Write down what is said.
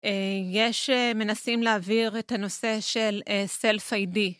יש מנסים להעביר את הנושא של Self-ID.